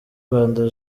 rwanda